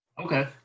Okay